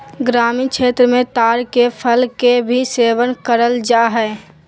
ग्रामीण क्षेत्र मे ताड़ के फल के भी सेवन करल जा हय